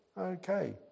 Okay